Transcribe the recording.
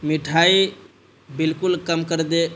مٹھائی بالکل کم کر دے